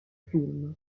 film